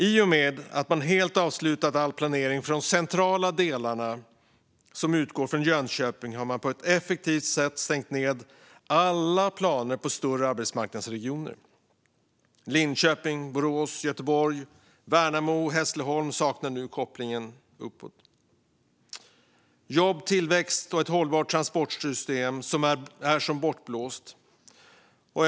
I och med att man helt avslutat all planering för de centrala delarna som utgår från Jönköping har man på ett effektivt sätt stängt ned alla planer på större arbetsmarknadsregioner. Linköping, Borås, Göteborg, Värnamo och Hässleholm saknar nu kopplingen uppåt. Jobb, tillväxt och ett hållbart transportsystem är som bortblåsta.